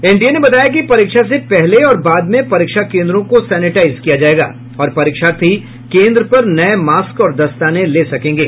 N T A ने बताया कि परीक्षा से पहले और बाद में परीक्षा केन्द्रों को सेनिटाइज किया जायेगा और परीक्षार्थी केन्द्र पर नये मास्क और दस्ताने ले सकेंगे